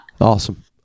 Awesome